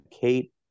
Kate